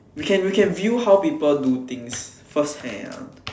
we can we can view how people do things first hand